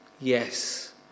Yes